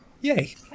Yay